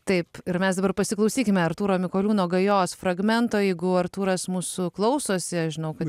taip ir mes dabar pasiklausykime artūro mikoliūno gajos fragmento jeigu artūras mūsų klausosi žinau kad